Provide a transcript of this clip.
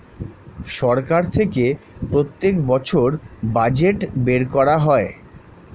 সরকার থেকে প্রত্যেক বছর বাজেট বের করা হয়